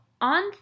on